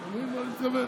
אני לא מנהל איתו,